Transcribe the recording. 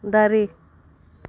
ᱫᱟᱨᱮ